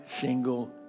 single